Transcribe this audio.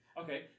okay